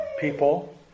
people